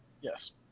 Yes